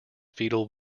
fetal